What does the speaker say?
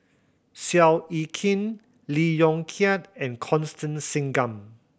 Seow Yit Kin Lee Yong Kiat and Constance Singam